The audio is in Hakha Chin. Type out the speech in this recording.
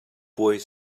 puai